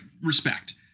respect